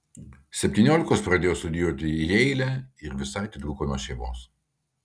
septyniolikos pradėjo studijuoti jeile ir visai atitrūko nuo šeimos